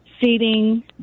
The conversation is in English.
seating